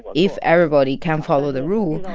but if everybody can follow the rules,